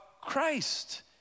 Christ